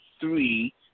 three